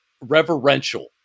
reverential